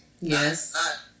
Yes